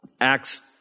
Acts